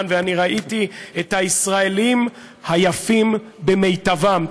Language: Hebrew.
ואני ראיתי את הישראלים היפים במיטבם,